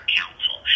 council